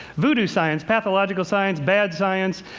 voodoo science, pathological science, bad science,